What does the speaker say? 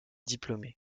diplômé